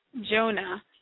Jonah